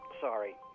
sorry